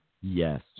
Yes